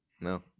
No